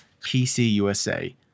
PCUSA